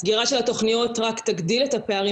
הסגירה של התכניות רק תגדיל את הפערים